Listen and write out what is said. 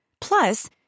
Plus